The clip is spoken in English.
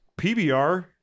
PBR